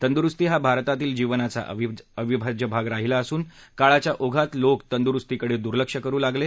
तंदुरुस्ती हा भारतातील जीवनाचा अविभाज्य भाग राहिला असून काळाच्या ओघात लोक तंदुरुस्तीकडे दुर्लक्ष करु लागले